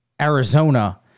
Arizona